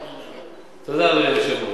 תודה, אדוני היושב-ראש.